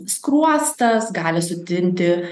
skruostas gali sutinti